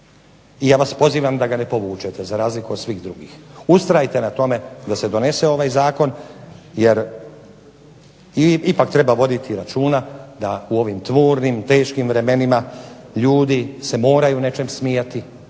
i ja vas pozivam da ga ne povučete za razliku od svih drugih. Ustrajte na tome da se donese ovaj zakon jer ipak treba voditi računa da u ovim tmurnim teškim vremenima ljudi se moraju nečem smijati,